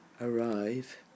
arrive